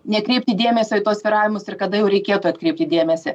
nekreipti dėmesio į tuos svyravimus ir kada jau reikėtų atkreipti dėmesį